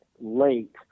late